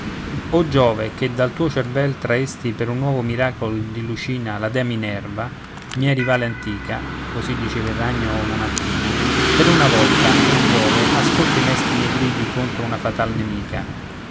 o giove che dal tuo cervel traesti per un nuovo miracol di lucina la dea minerva mia rivale antica così diceva il ragno una mattina per una volta o giove ascolta i mesti miei gridi contro una fatal nemica